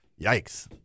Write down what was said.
yikes